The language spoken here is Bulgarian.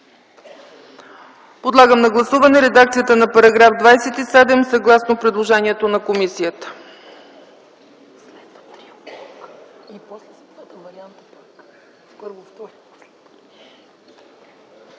Подлагам на гласуване редакцията на § 27 съгласно предложението на комисията.